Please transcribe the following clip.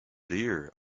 dear